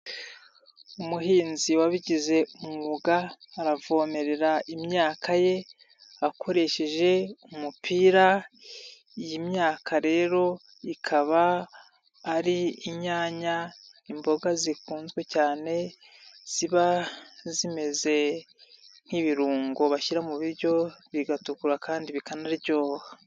Umuhinzi wabigize umwuga aravomerera imyaka ye akoresheje umupira, iyi myaka rero ikaba ari inyanya, imboga zikunzwe cyane ziba zimeze nk'ibirungo bashyira mu biryo bigatukura kandi bikanaryoha.